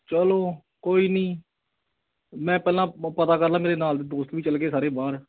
ਚਲੋ ਕੋਈ ਨਹੀਂ ਮੈਂ ਪਹਿਲਾਂ ਪ ਪਤਾ ਕਰ ਲਵਾਂ ਮੇਰੇ ਨਾਲ ਦੇ ਦੋਸਤ ਵੀ ਚੱਲ ਗਏ ਸਾਰੇ ਬਾਹਰ